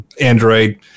Android